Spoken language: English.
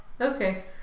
Okay